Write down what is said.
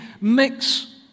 mix